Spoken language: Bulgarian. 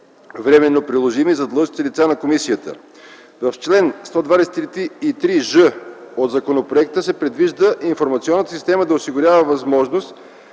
временно приложими за длъжностните лица на Комисията. В чл. 123ж от законопроекта се предвижда информационната система да осигурява възможност